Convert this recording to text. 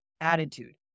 attitude